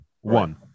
One